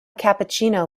cappuccino